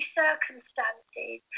circumstances